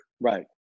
Right